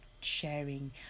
sharing